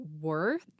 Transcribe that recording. worth